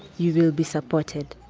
you will be supported